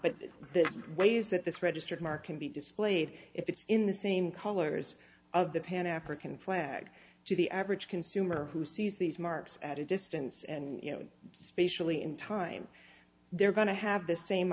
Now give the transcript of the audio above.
but the ways that this registered mark can be displayed if it's in the same colors of the pan african flag to the average consumer who sees these marks at a distance and you know specially in time they're going to have the same